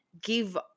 give